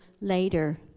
later